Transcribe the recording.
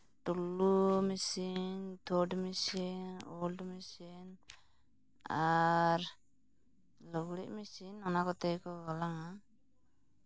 ᱛᱩᱞᱟᱹᱣ ᱢᱮᱥᱤᱱ ᱛᱷᱳᱲ ᱢᱮᱥᱤᱱ ᱳᱞᱰ ᱢᱮᱥᱤᱱ ᱟᱨ ᱞᱩᱜᱽᱲᱤᱡ ᱢᱮᱥᱤᱱ ᱚᱱᱟ ᱠᱚᱛᱮᱠᱚ ᱜᱟᱞᱟᱝᱟ